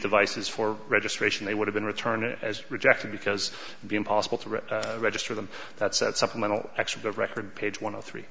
devices for registration they would have been returned as rejected because be impossible to read register them that's that supplemental excerpt of record page one of three